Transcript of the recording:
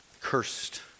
Cursed